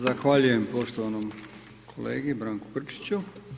Zahvaljujem poštovani kolegi Branku Grčiću.